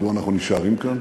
מדוע אנחנו נשארים כאן.